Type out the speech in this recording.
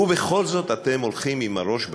ובכל זאת אתם הולכים עם הראש בקיר.